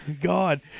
God